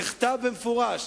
נכתב במפורש,